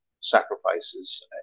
sacrifices